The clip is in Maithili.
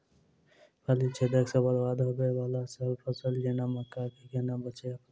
फली छेदक सँ बरबाद होबय वलासभ फसल जेना मक्का कऽ केना बचयब?